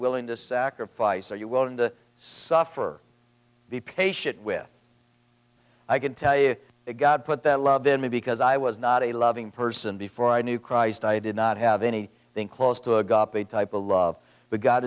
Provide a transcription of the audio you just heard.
willing to sacrifice are you willing to suffer be patient with i can tell you that god put that love then me because i was not a loving person before i knew christ i did not have any thing close to a type of love but god